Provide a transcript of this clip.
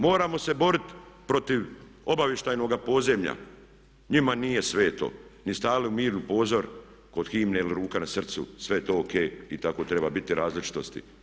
Moramo se boriti protiv obavještajnoga podzemlja, njima nije sveto, ni stali mir u pozor kod himne ili ruka na srcu, sve je to O.K. i tako treba biti različitosti.